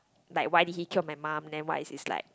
like why did he kill my mum when why is he's like